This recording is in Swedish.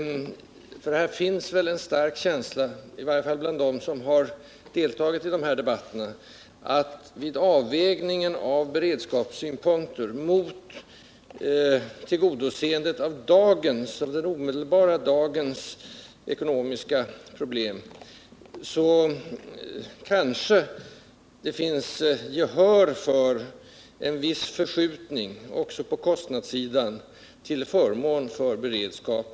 Här finns en stark känsla — i varje fall bland dem som har deltagit i den här debatten — av att det, vid avvägningen mellan beredskapssynpunkter och tillgodoseende av önskemål om omedelbar konsumtion, kanske finns gehör för en viss förskjutning, också på kostnadssidan, till förmån för beredskap.